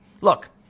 Look